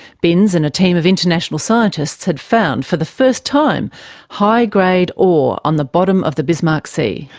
binns and a team of international scientists had found for the first time high grade ore on the bottom of the bismarck sea.